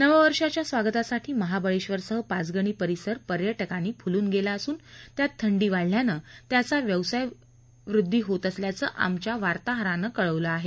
नववर्षांच्या स्वागतासाठी महाबळेश्वरसह पाचगणी परिसर पर्यटकांनी फुलून गेला असून त्यात थंडी वाढल्यानं व्यवसाय वृद्वी होत असल्याचं आमच्या वार्ताहरानं कळवलं आहे